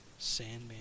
Sandman